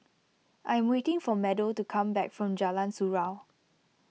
I am waiting for Meadow to come back from Jalan Surau